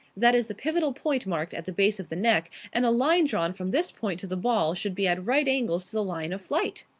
that is the pivotal point marked at the base of the neck, and a line drawn from this point to the ball should be at right angles to the line of flight.